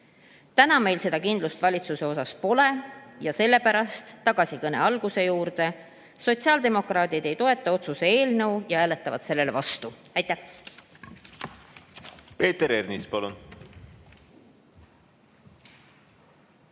Täna meil seda kindlust valitsuse puhul pole ning sellepärast pöördun tagasi kõne alguse juurde: sotsiaaldemokraadid ei toeta seda otsuse eelnõu ja hääletavad sellele vastu. Aitäh!